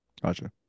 Gotcha